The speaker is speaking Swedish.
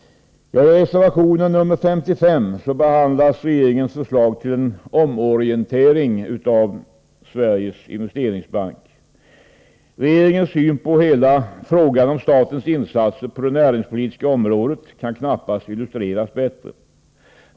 I reservation nr 55 behandlas regeringens förslag till omorientering av Sveriges Investeringsbank. Regeringens syn på hela frågan om statens insatser på det näringspolitiska området kan knappast illustreras bättre.